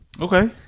Okay